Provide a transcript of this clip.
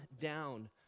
down